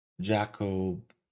Jacob